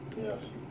Yes